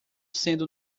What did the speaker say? sendo